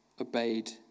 obeyed